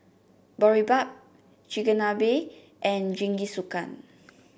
Boribap Chigenabe and Jingisukan